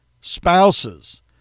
spouses